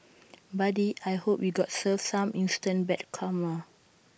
buddy I hope you got served some instant bad karma